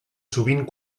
sovint